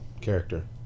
character